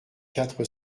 quatre